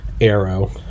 arrow